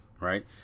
Right